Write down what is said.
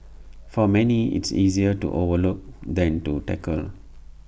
for many it's easier to overlook than to tackle